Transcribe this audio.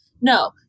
No